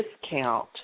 discount